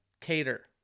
Cater